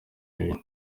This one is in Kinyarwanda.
mibi